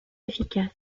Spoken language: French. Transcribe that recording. efficace